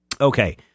Okay